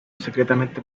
secretamente